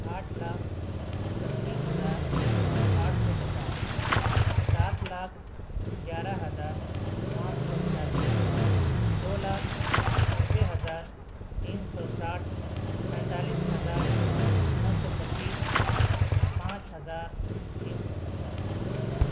آٹھ لاکھ پچیس ہزار آٹھ سو پچاس سات لاکھ گیارہ ہزار پانچ سو چالیس دو لاکھ نوے ہزار تین سو ساٹھ پینتالیس ہزار نو سو پچیس پانچ ہزار تین سو پچاس